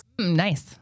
nice